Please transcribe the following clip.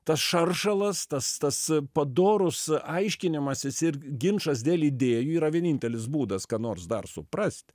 tas šaršalas tas tas padorus aiškinimasis ir ginčas dėl idėjų yra vienintelis būdas ką nors dar suprast